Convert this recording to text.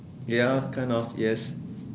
ya kind of yes (pob)